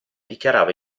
dichiarava